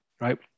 right